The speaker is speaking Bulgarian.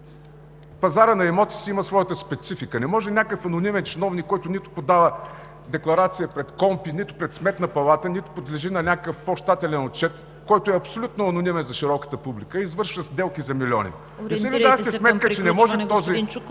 пазарът на имоти си има своята специфика? Не може някакъв анонимен чиновник, който нито подава декларация пред КПКОНПИ, нито пред Сметната палата, нито подлежи на някакъв по-щателен отчет, който е абсолютно анонимен за широката публика, да извършва сделки за милиони! ПРЕДСЕДАТЕЛ ЦВЕТА КАРАЯНЧЕВА: Ориентирайте